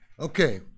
Okay